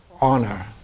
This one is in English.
honor